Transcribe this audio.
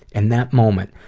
and that moment,